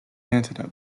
antidote